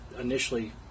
initially